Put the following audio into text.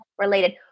related